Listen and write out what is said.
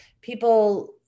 People